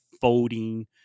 folding